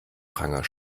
pranger